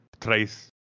thrice